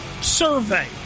survey